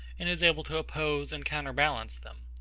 and is able to oppose and counterbalance them.